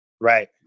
Right